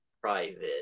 private